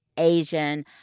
asian.